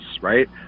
right